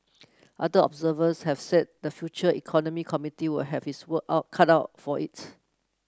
other observers have said the Future Economy Committee will have its work out cut out for it